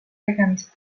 tegemist